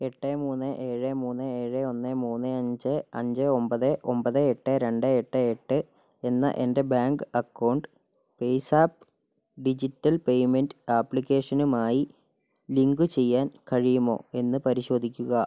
എട്ട് മൂന്ന് ഏഴ് മൂന്ന് ഏഴ് ഒന്ന് മൂന്ന് അഞ്ച് അഞ്ച് ഒൻപത് ഒൻപത് എട്ട് രണ്ട് എട്ട് എട്ട് എന്ന എൻ്റെ bank account PayZapp digital payment ആപ്ലിക്കേഷനുമായി ലിങ്ക് ചെയ്യാൻ കഴിയുമോ എന്ന് പരിശോധിക്കുക